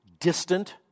distant